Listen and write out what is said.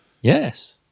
Yes